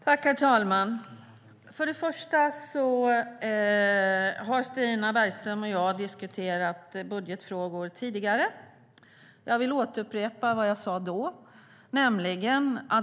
Herr talman! Först och främst vill jag säga att Stina Bergström och jag har diskuterat budgetfrågor tidigare. Jag vill återupprepa vad jag sa då.